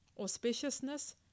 auspiciousness